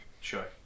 Sure